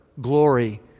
glory